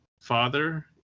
father